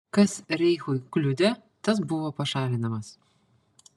kas reichui kliudė tas buvo pašalinamas